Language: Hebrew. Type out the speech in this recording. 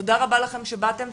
תודה רבה לכם שבאתם,